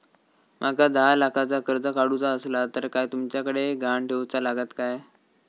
माका दहा लाखाचा कर्ज काढूचा असला तर काय तुमच्याकडे ग्हाण ठेवूचा लागात काय?